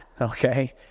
okay